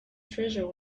treasure